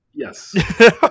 Yes